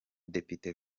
depite